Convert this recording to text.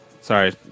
Sorry